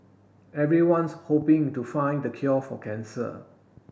everyone's hoping to find the cure for cancer